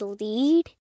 lead